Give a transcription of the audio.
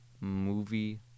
movie